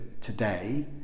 today